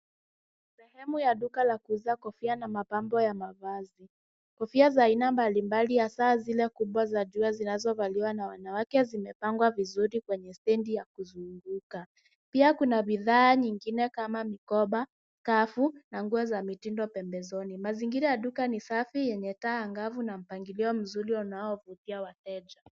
Sehemu ya duka la kuuza kofia na mapambo ya mavazi. Kofia za aina mbalimbali hasa zile kubwa za ju zinazovaliwa na wanawake zimepangwa vizuri kwenye stendi ya kuzunguka. Pia kuna bidhaa nyingine kama mikoba, skafu na nguo za mitindo pembezoni. Mazingira ya duka ni safi yenye taa angavu na mpangilio mzuri unaovutia wateja.